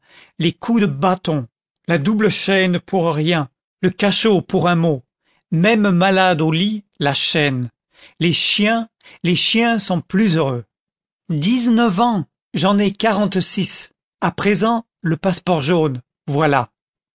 les coups de bâton la double chaîne pour rien le cachot pour un mot même malade au lit la chaîne les chiens les chiens sont plus heureux dix-neuf ans j'en ai quarante-six à présent le passeport jaune voilà